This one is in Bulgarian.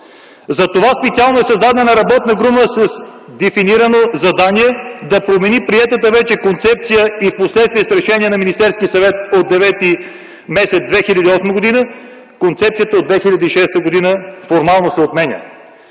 Затова специално е създадена работна група с дефинирано задание да промени приетата вече концепция и впоследствие с решение на Министерския съвет от м. септември 2008 г. концепцията от 2006 г. формално се отменя.